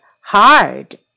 hard